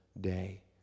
day